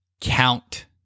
count